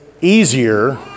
easier